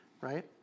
right